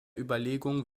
überlegung